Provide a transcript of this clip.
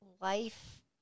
life